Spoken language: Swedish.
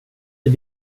det